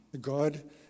God